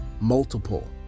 multiple